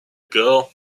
girl